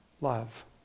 love